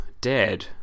dead